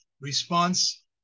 response